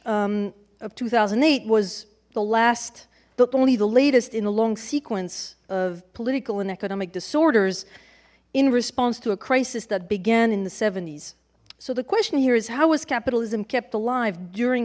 of two thousand and eight was the last but only the latest in a long sequence of political and economic disorders in response to a crisis that began in the s so the question here is how is capitalism kept alive during